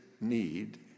need